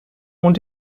und